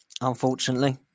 unfortunately